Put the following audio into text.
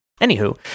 Anywho